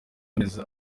yamaze